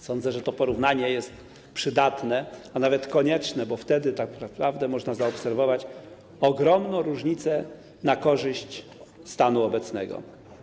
Sądzę, że to porównanie jest przydatne, a nawet konieczne, bo wtedy tak naprawdę można zaobserwować ogromną różnicę na korzyść stanu obecnego.